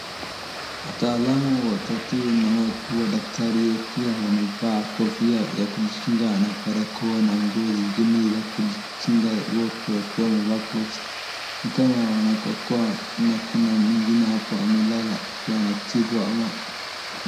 Wataalamu watatu na watu wa daktari wakiwa wamevaa kofia ya kujikinga na barakoa na nguo zingine za kujikinga. Wote wakiwa wamevaa gloves . Ni na kuna mwingine hapo amelala ikiwa anatibiwa ama.